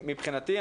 מבחינתי,